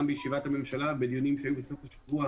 בישיבת הממשלה בדיונים שהיו בסוף השבוע